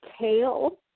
tail